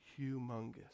humongous